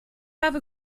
have